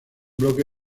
bloque